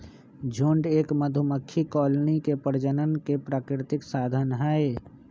झुंड एक मधुमक्खी कॉलोनी के प्रजनन के प्राकृतिक साधन हई